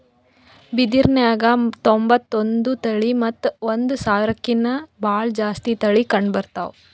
ಬಿದಿರ್ನ್ಯಾಗ್ ತೊಂಬತ್ತೊಂದು ತಳಿ ಮತ್ತ್ ಒಂದ್ ಸಾವಿರ್ಕಿನ್ನಾ ಭಾಳ್ ಜಾತಿ ತಳಿ ಕಂಡಬರ್ತವ್